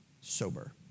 sober